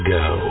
go